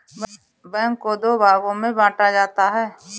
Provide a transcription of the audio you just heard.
बैंकों को दो भागों मे बांटा जाता है